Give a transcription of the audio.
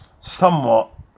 somewhat